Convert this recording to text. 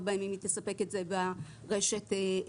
בה אם היא תספק את זה ברשת האלחוטית.